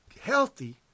healthy